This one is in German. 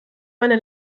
meine